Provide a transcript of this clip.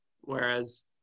whereas